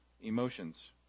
emotions